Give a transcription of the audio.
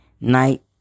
night